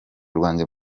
rwanjye